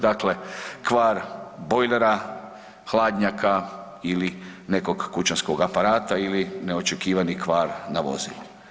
Dakle, kvar bojlera, hladnjaka ili nekog kućanskog aparata ili neočekivani kvar na vozilu.